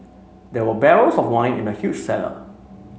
there were barrels of wine in the huge cellar